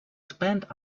spend